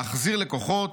להחזיר לקוחות,